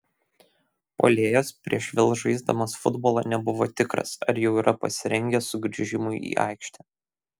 puolėjas prieš vėl žaisdamas futbolą nebuvo tikras ar jau yra pasirengęs sugrįžimui į aikštę